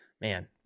Man